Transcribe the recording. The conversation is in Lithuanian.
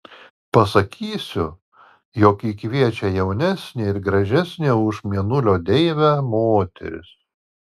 pasakysiu jog jį kviečia jaunesnė ir gražesnė už mėnulio deivę moteris